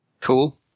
Cool